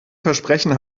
versprechen